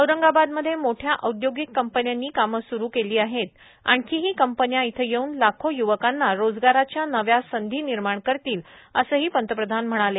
औरंगाबादमध्ये मोठ्या औद्योगिक कंपन्यांनी काम सुरु केली आहेत आणखीही कंपन्या इथं येऊन लाखो य्वकांना रोजगाराच्या नव्या संधी निर्माण करतीलए असही पंतप्रधान म्हणाले